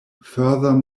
further